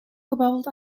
gebabbeld